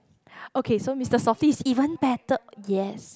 okay so Mister Softee is even better yes